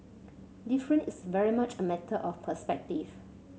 different is very much a matter of perspective